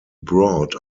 brought